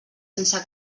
sense